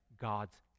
God's